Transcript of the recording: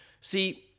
see